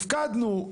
הפקדנו,